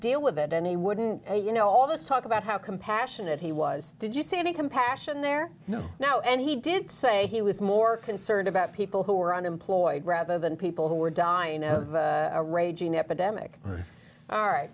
deal with it any wouldn't you know all this talk about how compassionate he was did you see any compassion there no now and he did say he was more concerned about people who are unemployed rather than people who are dying of a raging epidemic all right